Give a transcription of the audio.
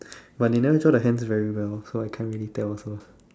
but they never draw the hands very well so I can't really tell also